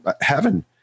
heaven